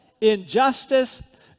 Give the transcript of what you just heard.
injustice